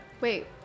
Wait